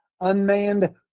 Unmanned